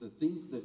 the things that